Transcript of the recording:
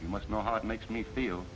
you must know how it makes me feel